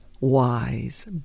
wise